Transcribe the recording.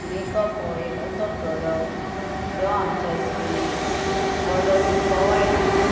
makeup हो एक असो प्रोडक्ट दो आमच्या स्किनीक बरो तितको वायट आसा